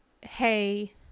hey